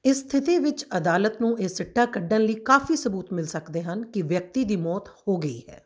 ਇਸ ਸਥਿਤੀ ਵਿੱਚ ਅਦਾਲਤ ਨੂੰ ਇਹ ਸਿੱਟਾ ਕੱਢਣ ਲਈ ਕਾਫ਼ੀ ਸਬੂਤ ਮਿਲ ਸਕਦੇ ਹਨ ਕਿ ਵਿਅਕਤੀ ਦੀ ਮੌਤ ਹੋ ਗਈ ਹੈ